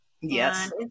Yes